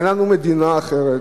אין לנו מדינה אחרת,